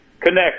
connect